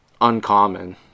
uncommon